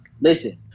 Listen